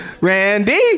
Randy